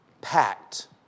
packed